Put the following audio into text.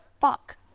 fuck